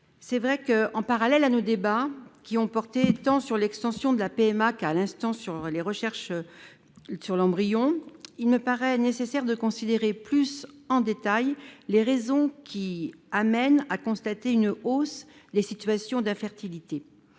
rectifié. En parallèle à nos débats, qui ont porté tant sur l'extension de la PMA que, à l'instant, sur les recherches sur l'embryon, il me paraît nécessaire de considérer plus en détail les raisons qui amènent à constater une hausse des situations infertilité.